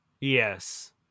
Yes